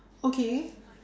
okay